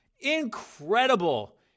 Incredible